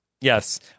Yes